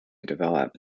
developed